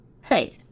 hey